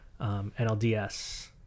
NLDS